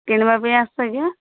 କିଣିବା ପାଇଁ